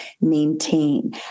maintain